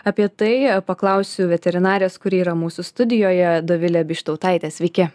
apie tai paklausiu veterinarės kuri yra mūsų studijoje dovilė bištautaitė sveiki